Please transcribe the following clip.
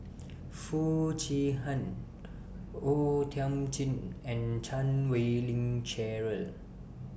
Foo Chee Han O Thiam Chin and Chan Wei Ling Cheryl